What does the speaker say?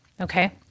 okay